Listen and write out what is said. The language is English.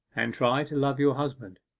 and try to love your husband